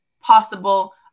possible